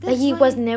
that's why